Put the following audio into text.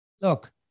look